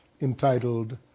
entitled